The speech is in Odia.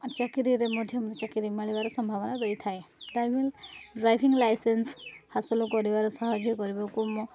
ଚାକିରିରେ ମଧ୍ୟ ମୁଁ ଚାକିରି ମିଳିବାର ସମ୍ଭାବନା ଦେଇଥାଏ ତାଇମ ଡ୍ରାଇଭିଂ ଲାଇସେନ୍ସ ହାସଲ କରିବାର ସାହାଯ୍ୟ କରିବାକୁ ମୁଁ